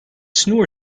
snoer